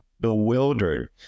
bewildered